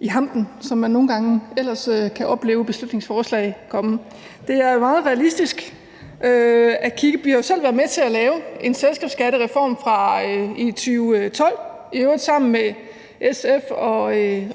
i hampen, som man nogle gange ellers kan opleve beslutningsforslag være. Det er meget realistisk. Vi har jo selv været med til at lave en selskabsskattereform i 2012, i øvrigt sammen med SF